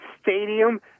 stadium